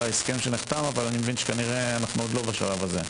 ההסכם שנחתם אבל אני מבין שכנראה אנחנו עוד לא בשלב הזה.